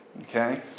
Okay